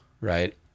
Right